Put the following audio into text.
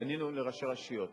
פנינו לראשי רשויות,